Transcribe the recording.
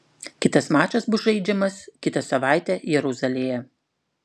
kitas mačas bus žaidžiamas kitą savaitę jeruzalėje